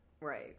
Right